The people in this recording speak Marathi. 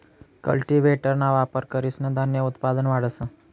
कल्टीव्हेटरना वापर करीसन धान्य उत्पादन वाढस